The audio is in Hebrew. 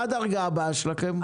מה הדרגה הבאה שלכם?